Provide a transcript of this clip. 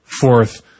fourth